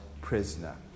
prisoner